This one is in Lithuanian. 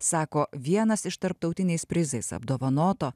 sako vienas iš tarptautiniais prizais apdovanoto